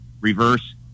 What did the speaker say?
reverse